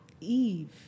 Eve